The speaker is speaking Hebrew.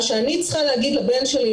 מה שאני צריכה להגיד לבן שלי,